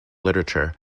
literature